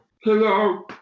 Hello